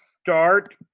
start